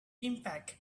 impact